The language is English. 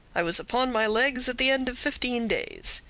i was upon my legs at the end of fifteen days.